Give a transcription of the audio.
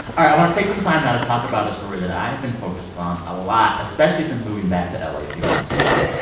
i want to take some time now to talk about a story that i have been focused on a lot, especially since moving back to la a a few months ago.